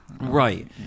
right